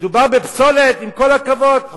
כשמדובר בפסולת, עם כל הכבוד, לא הקשבת.